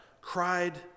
cried